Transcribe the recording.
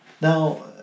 Now